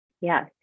Yes